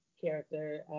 character